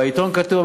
בעיתון כתוב,